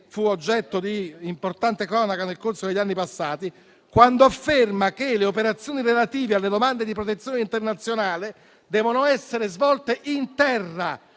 fu oggetto di cronaca nel corso degli anni passati - quando afferma che le operazioni relative alle domande di protezione internazionale devono essere svolte in terra,